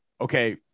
Okay